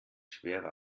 schwerer